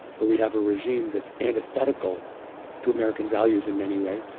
where we have a regime that's antithetical to american values in many ways.